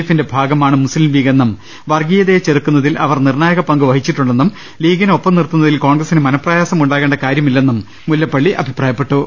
A ഫിന്റെ ഭാഗമാണ് Muslim ലീഗെന്നും വർഗ്ഗീയതയെ ചെറുക്കുന്നതിൽ അവർ നിർണായക പങ്ക് വഹിച്ചിട്ടുണ്ടെന്നും ലീഗിനെ ഒപ്പം നിർത്തുന്ന തിൽ കോൺഗ്രസിന് മനഃപ്രയാസം ഉണ്ടാകേണ്ട കാര്യം ഇല്ലെന്നും മുല്ല പ്പള്ളി അഭിപ്രായപ്പെട്ടു